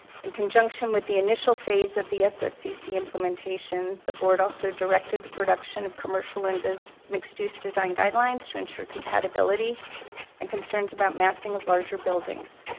in conjunction with the initial phase of the sscc implementation, the board also directed the production of commercial and mixed mixed use design guidelines to ensure compatibility and concerns about massing of larger buildings.